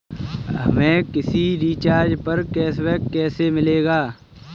हमें किसी रिचार्ज पर कैशबैक कैसे मिलेगा?